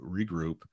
regroup